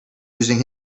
using